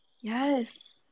Yes